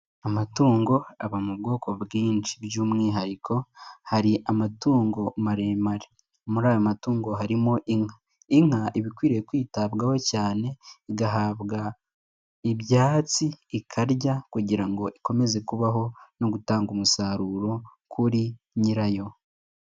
Amatungo aba mu bwoko bwinshi, by'umwihariko hari amatungo maremare, muri ayo matungo harimo inka. Inka iba ikwiriye kwitabwaho cyane, igahabwa ibyatsi, ikarya kugira ngo ikomeze kubaho no gutanga umusaruro kuri nyirayo.